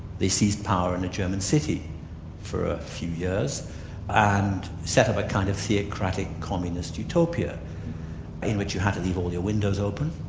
they seized power in a german city for a few years and set up a kind of theocratic, communist utopia in which you had to leave all your windows open,